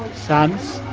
sons,